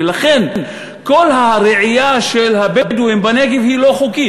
ולכן כל הרעייה של הבדואים בנגב היא לא חוקית,